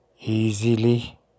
easily